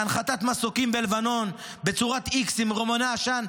להנחתת מסוקים בלבנון בצורת איקסים עם רימוני עשן,